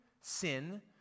sin